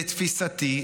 לתפיסתי,